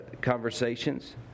conversations